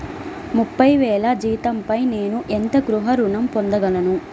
ముప్పై వేల జీతంపై నేను ఎంత గృహ ఋణం పొందగలను?